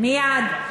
מייד.